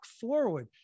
forward